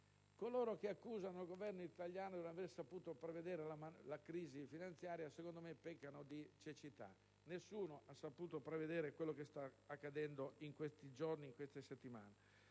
coloro che accusano il Governo italiano di non aver saputo prevedere la crisi finanziaria peccano di cecità. Nessuno ha saputo prevedere quello che sta accadendo in questi giorni, in queste settimane.